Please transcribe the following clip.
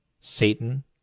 Satan